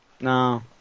No